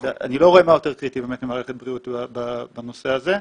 אני לא רואה מה יותר קריטי במערכת בריאות בנושא הזה.